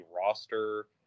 roster